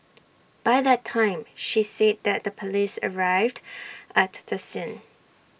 by that time she said that the Police arrived at the scene